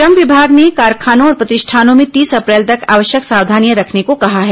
श्रम विभाग ने कारखानों और प्रतिष्ठानों में तीस अप्रैल तक आवश्यक सावधानियां रखने को कहा है